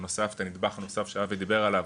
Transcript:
ובנוסף הנדבך הנוסף שאבי דיבר עליו,